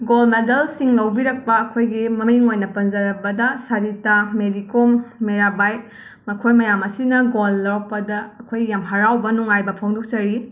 goal ꯃꯦꯗꯜꯁꯤꯡ ꯂꯩꯕꯤꯔꯛꯄ ꯑꯩꯈꯣꯏꯒꯤ ꯃꯃꯤꯡ ꯑꯣꯏꯅ ꯄꯟꯖꯔꯕꯗ ꯁꯔꯤꯇꯥ ꯃꯦꯔꯤ ꯀꯣꯝ ꯃꯤꯔꯥꯕꯥꯏ ꯃꯈꯣꯏ ꯃꯌꯥꯝ ꯑꯁꯤꯅ ꯒꯣꯜ ꯂꯧꯔꯛꯄꯗ ꯑꯩꯈꯣꯏ ꯌꯥꯝꯅ ꯍꯔꯥꯎꯕ ꯅꯨꯡꯥꯏꯕ ꯐꯣꯡꯗꯣꯛꯆꯔꯤ